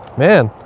man.